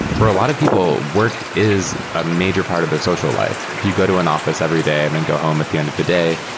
for a lot of people, work is a major part of their social life. if you go to an office every day and then go home at the end of the day,